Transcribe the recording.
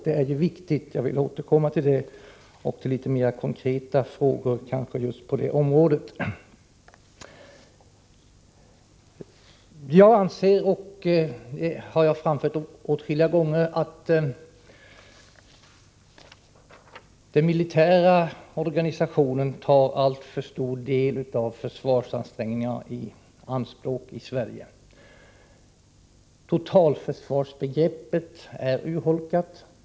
Detta är viktigt, och jag vill återkomma därtill och till litet mer konkreta frågor just på detta område. Jag anser, vilket jag har framfört åtskilliga gånger, att den militära organisationen tar i anspråk alltför stor del av de svenska försvarsansträngningarna. Totalförsvarsbegreppet är urholkat.